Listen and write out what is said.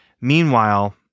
Meanwhile